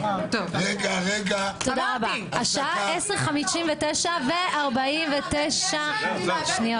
--- השעה 10:59 ו-49 שניות.